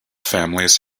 families